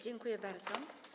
Dziękuję bardzo.